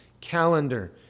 calendar